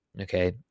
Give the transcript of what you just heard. Okay